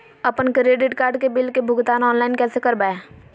अपन credit card के bill के भुगतान ऑनलाइन कैसे करबैय?